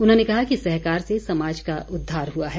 उन्होंने कहा कि सहकार से समाज का उद्वार हुआ है